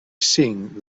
sing